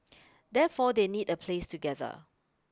therefore they need a place to gather